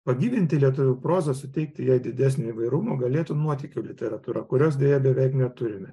pagyvinti lietuvių prozą suteikti jai didesnio įvairumo galėtų nuotykių literatūra kurios deja beveik neturime